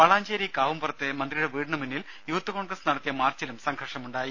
വളാഞ്ചേരി കാവുംപുറത്തെ മന്ത്രിയുടെ വീടിന് മുന്നിൽ യൂത്ത് കോൺഗ്രസ് നടത്തിയ മാർച്ചിലും സംഘർഷമുണ്ടായി